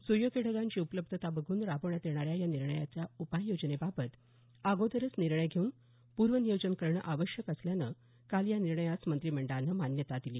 सुयोग्य ढगांची उपलब्धता बघून राबवण्यात येणाऱ्या या उपाययोजनेबाबत अगोदरच निर्णय घेऊन पूर्वनियोजन करणं आवश्यक असल्यानं काल या निर्णयास मंत्रीमंडळानं मान्यता दिली